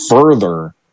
further